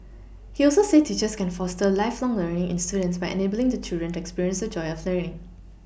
he also said teachers can foster lifelong learning in students by enabling the children to experience the joy of learning